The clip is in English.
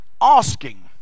asking